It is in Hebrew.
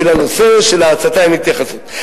ולנושא של ההצתה אין התייחסות.